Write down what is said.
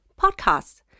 podcasts